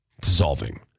Dissolving